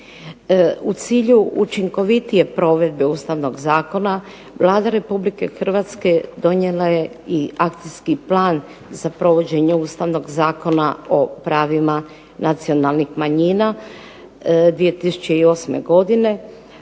U cilju učinkovitije provedbe Ustavnog zakona Vlada Republike Hrvatske donijela je i akcijski plan za provođenje Ustavnog zakona o pravima nacionalnih manjina 2008. godine